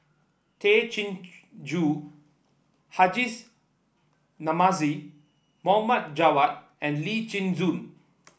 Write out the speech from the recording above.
Tay Chin Joo Hajis Namazie Mohd Javad and Lee Chin Koon